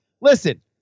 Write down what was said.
Listen